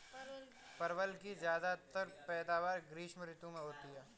परवल की ज्यादातर पैदावार ग्रीष्म ऋतु में होती है